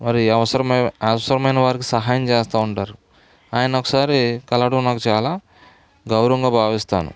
మరి అవసరమై అవసరమైన వారికి సహాయం చేస్తా ఉంటారు ఆయన్నొకసారి కలవడం నాకు చాలా గౌరవంగా భావిస్తాను